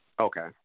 Okay